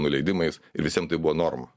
nuleidimais ir visiem tai buvo norma